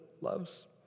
loves